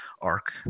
arc